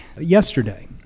Yesterday